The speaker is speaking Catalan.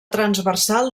transversal